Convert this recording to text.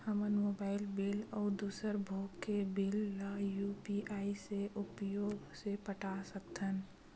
हमन mobile bill अउ दूसर भोग के बिल ला यू.पी.आई के उपयोग से पटा सकथन